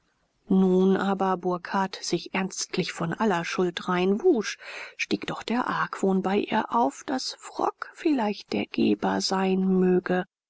nun aber burkhardt sich ernstlich von aller schuld rein wusch stieg doch der argwohn bei ihr auf daß frock vielleicht der geber sein möge